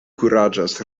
kuraĝas